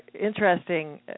interesting